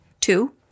Two